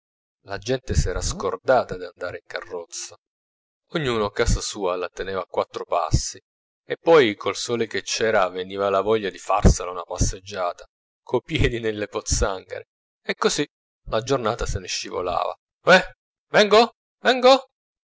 la gente s'era scordata d'andare in carrozza ognuno casa sua la teneva a quattro passi e poi col sole che c'era veniva la voglia di farsela una passeggiata co piedi nelle pozzanghere e così la giornata se ne scivolava ohè vengo vengo